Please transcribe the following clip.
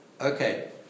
Okay